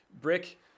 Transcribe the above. Brick